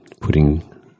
putting